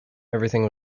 everything